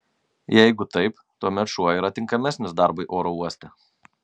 jeigu taip tuomet šuo yra tinkamesnis darbui oro uoste